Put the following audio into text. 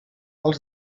els